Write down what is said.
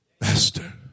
Master